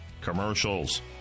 commercials